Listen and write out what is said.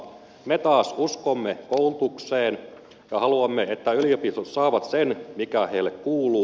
me taas uskomme koulutukseen ja haluamme että yliopistot saavat sen mikä heille kuuluu